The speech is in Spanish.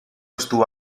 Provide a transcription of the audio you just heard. estuvo